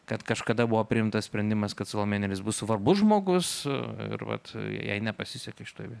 kad kažkada buvo priimtas sprendimas kad salomėja nėris bus svarbus žmogus ir vat jai nepasisekė šitoj vietoj